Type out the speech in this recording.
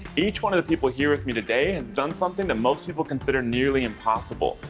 each one of the people here with me today has done something that most people consider nearly impossible.